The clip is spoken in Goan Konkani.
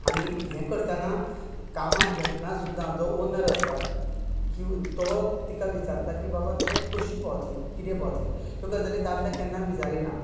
आनी हें करताना कामान घेतना सुद्दां जो ओनर आसता किंव तो तिका विचारता की बाबा तूं कशी पावतली कितें पावतली ह्यो गजाली दादल्याक केन्ना विचारिना